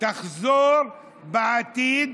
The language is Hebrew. תחזור בעתיד,